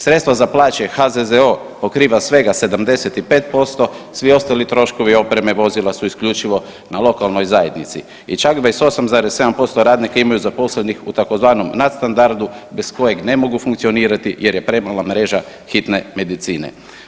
Sredstva za plaće HZZO pokriva svega 75%, svi ostali troškovi opreme i vozila su isključivo na lokalnoj zajednici i čak 28,7% radnika imaju zaposlenih u tzv. nadstandardu bez kojeg ne mogu funkcionirati jer je premala mreže hitne medicine.